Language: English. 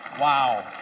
Wow